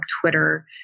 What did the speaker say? Twitter